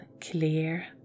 clear